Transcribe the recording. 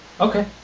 Okay